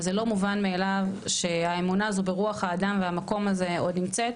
וזה לא מובן מאליו שהאמונה הזו ברוח האדם והמקום הזה עוד נמצאת,